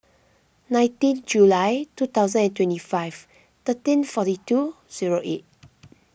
nineteen July two thousand and twenty five thirteen forty two zero eight